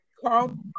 Carl